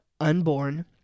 unborn